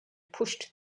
pushed